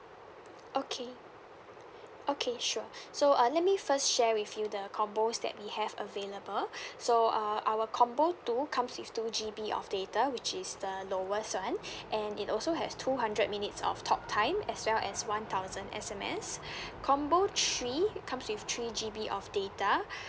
okay okay sure so uh let me first share with you the combos that we have available so uh our combo two comes with two G_B of data which is the lowest one and it also has two hundred minutes of talk time as well as one thousand S_M_S combo three comes with three G_B of data